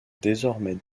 désormais